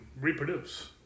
reproduce